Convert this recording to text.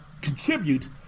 contribute